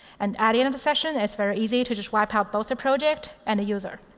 and at the end of the session, it's very easy to just wipe out both the project and the user.